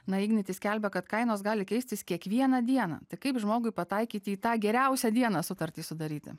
na ignitis skelbia kad kainos gali keistis kiekvieną dieną tai kaip žmogui pataikyti į tą geriausią dieną sutartį sudaryti